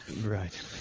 Right